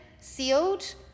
sealed